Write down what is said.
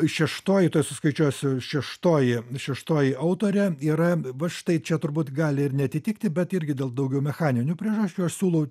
šeštoji tuoj suskaičiuosiu šeštoji šeštoji autorė yra va štai čia turbūt gali ir neatitikti bet irgi dėl daugiau mechaninių priežasčių aš siūlau